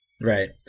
Right